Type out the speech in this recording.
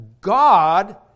God